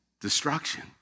destruction